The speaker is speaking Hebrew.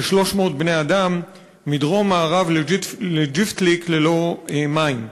כ-300 בני-אדם, דרומית-מערבית לג'יפתליק ללא מים,